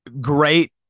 great